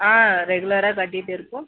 ரெகுலராக கட்டிகிட்டு இருக்கோம்